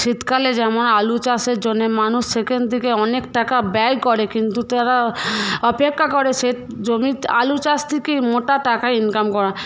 শীতকালে যেমন আলু চাষের জন্যে মানুষ সেখান থেকে অনেক টাকা ব্যয় করে কিন্তু তারা অপেক্ষা করে সেচ জমির আলু চাষ থেকেই মোটা টাকা ইনকাম করা